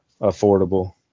affordable